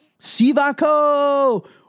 Sivako